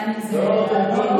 אורלי.